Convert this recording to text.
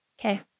Okay